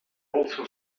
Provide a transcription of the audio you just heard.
also